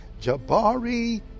Jabari